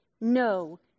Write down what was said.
no